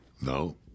No